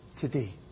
today